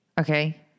Okay